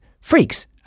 Freaks